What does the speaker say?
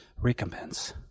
recompense